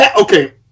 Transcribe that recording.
Okay